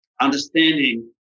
understanding